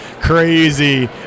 crazy